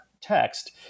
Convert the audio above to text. text